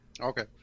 Okay